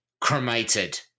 cremated